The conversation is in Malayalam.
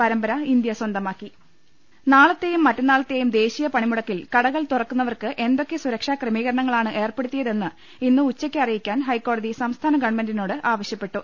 പരമ്പര ഇന്ത്യ സ്വന്തമാക്കി നാളത്തെയും മറ്റന്നാളത്തെയും ദേശീയ പണിമുട ക്കിൽ കടകൾ തുറക്കുന്നവർക്ക് എന്തൊക്കെ സുരക്ഷാ ക്രമീകരണങ്ങളാണ് ഏർപ്പെടുത്തിയതെന്ന് ഇന്ന് ഉച്ചയ്ക്ക് അറിയിക്കാൻ ഹൈക്കോടതി സംസ്ഥാന ഗവൺമെന്റിനോട് ആവശ്യപ്പെട്ടു